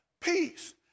peace